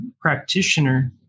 practitioner